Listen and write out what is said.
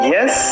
Yes